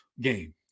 game